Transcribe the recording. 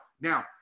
Now